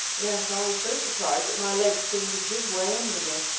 yes, i was so surprised that my legs seemed to give way under me.